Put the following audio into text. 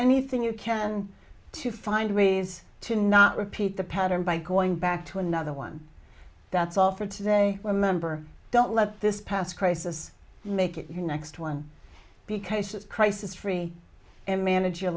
anything you can to find ways to not repeat the pattern by going back to another one that's all for today remember don't let this pass crisis make it your next one because crisis free and manage your